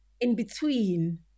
in-between